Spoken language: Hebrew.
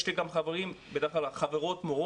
יש לי גם חברות מורות.